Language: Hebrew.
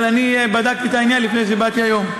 אבל אני בדקתי את העניין לפני שבאתי היום,